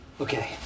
Okay